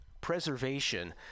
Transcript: Preservation